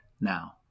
now